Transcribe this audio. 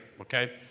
okay